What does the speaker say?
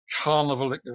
carnival